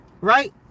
right